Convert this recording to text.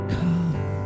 come